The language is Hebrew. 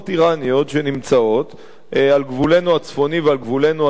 שנמצאות על גבולנו הצפוני ועל גבולנו הדרומי.